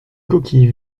coquille